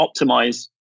optimize